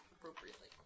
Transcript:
appropriately